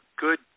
good